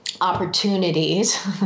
opportunities